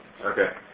Okay